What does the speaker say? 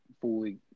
fully